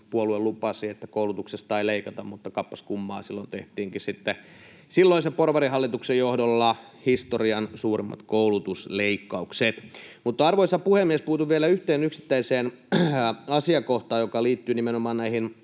puolue lupasi, että koulutuksesta ei leikata, mutta kappas kummaa, silloin tehtiinkin silloisen porvarihallituksen johdolla historian suurimmat koulutusleikkaukset. Arvoisa puhemies! Puutun vielä yhteen yksittäiseen asiakohtaan, joka liittyy nimenomaan näihin